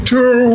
Two